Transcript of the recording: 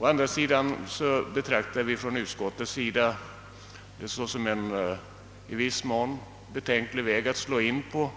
Att i det här syftet börja med specialdestinationer betraktar vi inom utskottet också som en betänklig väg att slå in på.